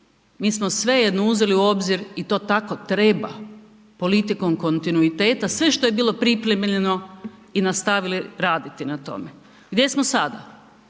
mi smo svejedno uzeli u obzir i to tako treba politikom kontinuiteta sve što bilo pripremljeno i nastavili raditi na tome. Gdje smo sada?